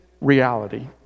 reality